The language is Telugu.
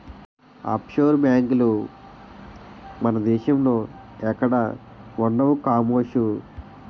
అప్షోర్ బేంకులు మన దేశంలో ఎక్కడా ఉండవు కామోసు